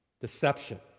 deception